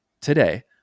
today